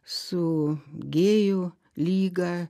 su gėjų lyga